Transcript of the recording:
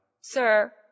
Sir